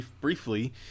briefly